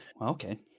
okay